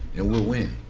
and we'll win.